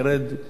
ירד,